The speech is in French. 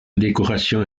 décoration